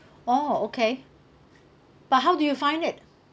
oh okay but how do you find it